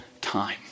time